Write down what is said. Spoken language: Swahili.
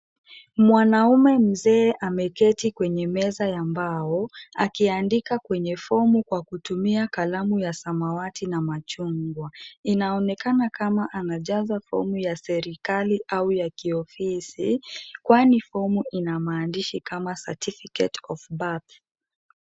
Mwanamume mzee ameketi kwenye meza ya mbao, akiandika kwenye fomu kwa kutumia kalamu ya samawati na machungwa. Inaonekana kama anajaza fomu ya serikali au ya kiofisi, kwani fomu ina maandishi kama certificate of birth .